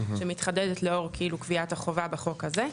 שמתחדדת לאור כאילו קביעת החובה בחוק הזה.